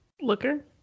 Looker